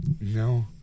No